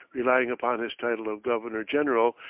relying upon his title of governor-general,